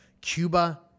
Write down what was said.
Cuba